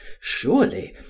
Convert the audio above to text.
Surely